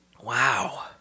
Wow